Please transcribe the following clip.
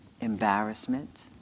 embarrassment